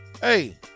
Hey